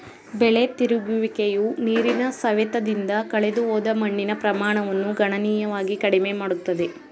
ಬೆಳೆ ತಿರುಗುವಿಕೆಯು ನೀರಿನ ಸವೆತದಿಂದ ಕಳೆದುಹೋದ ಮಣ್ಣಿನ ಪ್ರಮಾಣವನ್ನು ಗಣನೀಯವಾಗಿ ಕಡಿಮೆ ಮಾಡುತ್ತದೆ